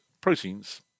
proteins